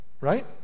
right